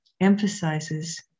emphasizes